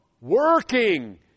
working